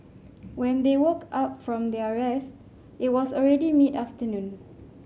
when they woke up from their rest it was already mid afternoon